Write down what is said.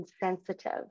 insensitive